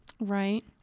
Right